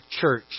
church